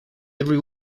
every